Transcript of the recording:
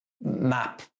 map